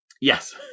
Yes